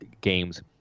games